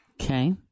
Okay